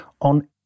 on